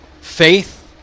faith